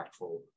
impactful